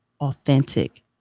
authentic